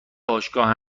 باشگاه